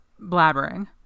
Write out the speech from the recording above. blabbering